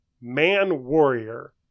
man-warrior